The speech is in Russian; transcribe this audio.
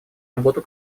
работу